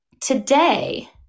today